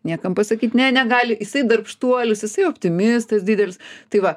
niekam pasakyt ne negali jisai darbštuolis jisai optimistas didelis tai va